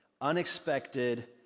unexpected